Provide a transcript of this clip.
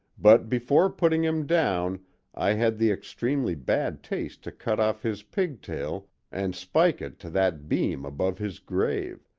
but before putting him down i had the extremely bad taste to cut off his pigtail and spike it to that beam above his grave,